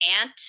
aunt